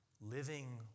living